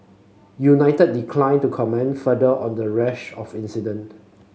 united declined to comment further on the rash of incident